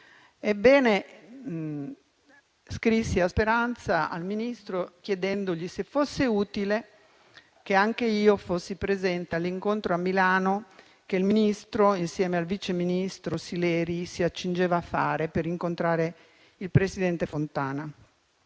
Ebbene, scrissi al ministro Speranza chiedendogli se fosse utile che anch'io fossi presente all'incontro a Milano che il Ministro, insieme al vice ministro Sileri, si accingeva a fare con il presidente Fontana.